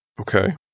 Okay